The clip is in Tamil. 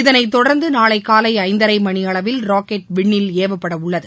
இதனை தொடர்ந்து நாளை காலை ஐந்தரை மணியளவில் ராக்கெட் விண்ணில் ஏவப்படவுள்ளது